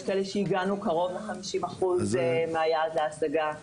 יש כאלה שהגענו קרוב ל-50% מהיעד להשגה.